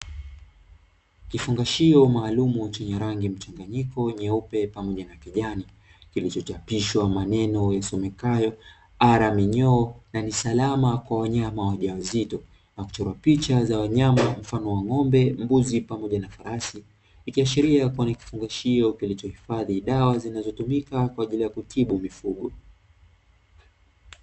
Kifungashio maalum wa chenye rangi mchanganyiko nyeupe pamoja na kijani kilichochapishwa maneno yasomekayo ara minyoo na ni salama kwa wanyama wajawazito na kuchorwa picha za wanyama mfano wa ng'ombe, mbuzi pamoja na farasi, ikiashiria kuwa ni kifungushio kilichohifadhi dawa zinazotumika kwa ajili ya kutibu mifugo.